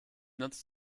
nutzt